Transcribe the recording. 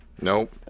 Nope